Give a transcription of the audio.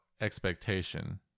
expectation